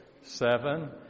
seven